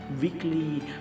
weekly